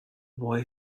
boy